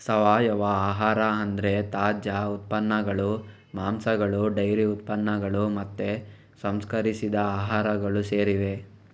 ಸಾವಯವ ಆಹಾರ ಅಂದ್ರೆ ತಾಜಾ ಉತ್ಪನ್ನಗಳು, ಮಾಂಸಗಳು ಡೈರಿ ಉತ್ಪನ್ನಗಳು ಮತ್ತೆ ಸಂಸ್ಕರಿಸಿದ ಆಹಾರಗಳು ಸೇರಿವೆ